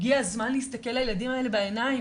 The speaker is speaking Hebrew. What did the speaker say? הגיע הזמן להסתכל לילדים האלה בעיניים.